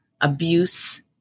abuse